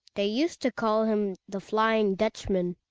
they used to call him the flying dutchman.